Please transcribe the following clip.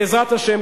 בעזרת השם,